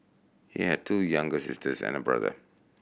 he had two younger sisters and brother